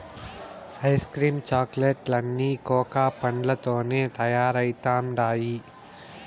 ice cream chocolate లన్నీ cocoa పండ్లతోనే తయారైతండాయి